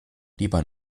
lieber